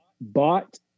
bought